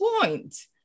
point